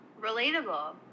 Relatable